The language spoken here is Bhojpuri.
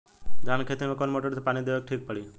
धान के खेती मे कवन मोटर से पानी देवे मे ठीक पड़ी?